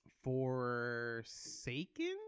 Forsaken